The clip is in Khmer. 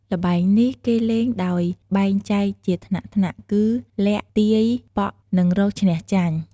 ល្បែងនេះគេលេងដោយបែងចែកជាថ្នាក់ៗគឺ លាក់ ទាយ ប៉ក់ និង រកឈ្នះចាញ់។